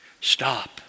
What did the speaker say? stop